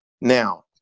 now